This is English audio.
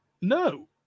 No